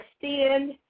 extend